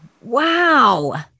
wow